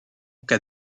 cas